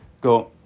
Go